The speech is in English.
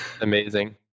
Amazing